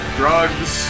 drugs